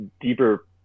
deeper